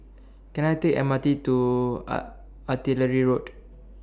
Can I Take The M R T to Artillery Road